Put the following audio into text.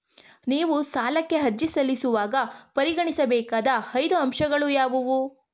ನೀವು ಸಾಲಕ್ಕೆ ಅರ್ಜಿ ಸಲ್ಲಿಸುವಾಗ ಪರಿಗಣಿಸಬೇಕಾದ ಐದು ಅಂಶಗಳು ಯಾವುವು?